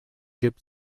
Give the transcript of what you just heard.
gibt